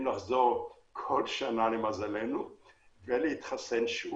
כדי להתחסן שוב.